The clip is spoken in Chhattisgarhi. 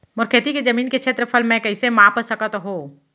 मोर खेती के जमीन के क्षेत्रफल मैं कइसे माप सकत हो?